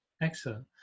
excellent